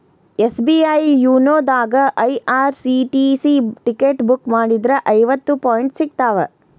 SBI YONO ದಾಗಾ IRCTC ticket book ಮಾಡಿದ್ರ ಐವತ್ತು ಪಾಯಿಂಟ್ ಸಿಗ್ತಾವ